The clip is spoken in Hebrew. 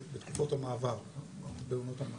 בעונות המעבר,